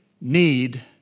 need